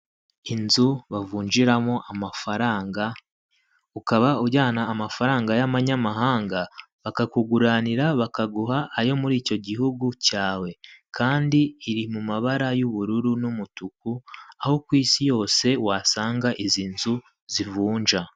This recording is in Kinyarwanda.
Inzu bavunjiramo amafaranga ukaba ujyana amafaranga y'abanyamahanga bakakuguranira bakaguha ayo muri icyo gihugu cyawe kandi iri mu mabara y'ubururu n'umutuku aho ku isi yose wasanga izi nzu zivunja.